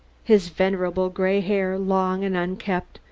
his venerable gray hair, long and unkempt,